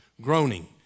groaning